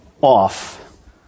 off